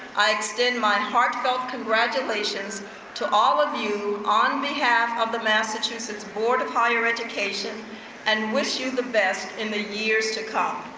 i extend my heartfelt congratulations to all of you on behalf of the massachusetts board of higher education and wish you the best in the years to come.